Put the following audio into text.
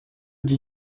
dit